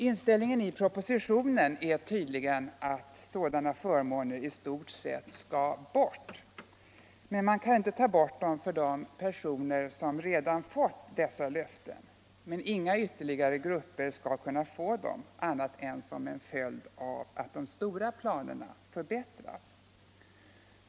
Inställningen i propositionen är tydligen att sådana förmåner i stort sett skall bort. Man kan inte ta bort dem för de personer som redan fått dessa löften, men inga ytterligare grupper skall kunna få dem annat än som följd av att de stora planerna förbättras.